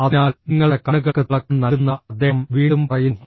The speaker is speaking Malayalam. അതിനാൽ നിങ്ങളുടെ കണ്ണുകൾക്ക് തിളക്കം നൽകുന്നവ അദ്ദേഹം വീണ്ടും പറയുന്നു